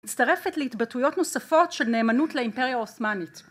מצטרפת להתבטאויות נוספות של נאמנות לאימפריה העות'מאנית